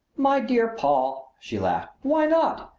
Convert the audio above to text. my dear paul, she laughed, why not?